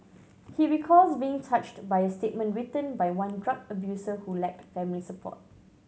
he recalls being touched by a statement written by one drug abuser who lacked family support